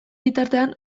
bitartean